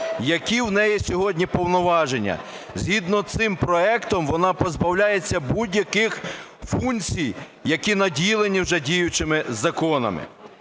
Які в неї сьогодні повноваження? Згідно цим проектом вона позбавляється будь-яких функцій, які наділені вже діючими законами.